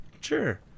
Sure